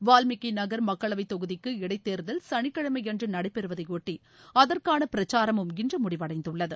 வால்மீகிநகர் மக்களவைத்தொகுதிக்கு இடைத்தேர்தலும் சனிக்கிழமைஅன்றுநடைபெறுவதைஒட்டிஅதற்கானபிரச்சாரமும் இன்றுமுடிவடைந்துள்ளது